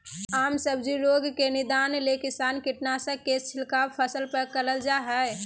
आम सब्जी रोग के निदान ले किसान कीटनाशक के छिड़काव फसल पर करल जा हई